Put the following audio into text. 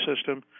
system